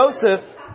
Joseph